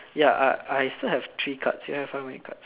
ya I I still have three cards you have how many cards